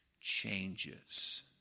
changes